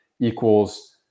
equals